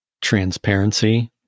Transparency